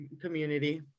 community